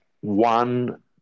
one